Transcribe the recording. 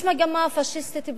יש מגמה פאשיסטית ברורה,